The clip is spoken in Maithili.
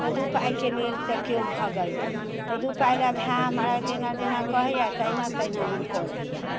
तऽ दू पाइ के लेल तऽ केओ भगैया तऽ दू पाइ लऽ भाय हमरा जेना जेना कहैया तहिना तहिना हम करैत छी